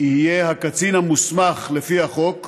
יהיה הקצין המוסמך לפי החוק,